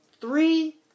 Three